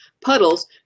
puddles